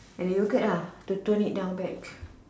and the yogurt ah to tone it down back